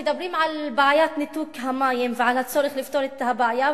מדברים על בעיית ניתוק המים ועל הצורך לפתור את הבעיה,